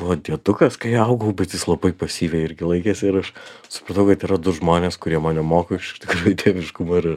buvo diedukas kai augau bet jis labai pasyviai irgi laikėsi ir aš supratau kad yra du žmonės kurie mane moko iš tikrųjų tėviškumo ir